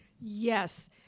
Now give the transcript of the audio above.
Yes